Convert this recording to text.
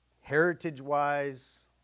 heritage-wise